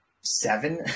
seven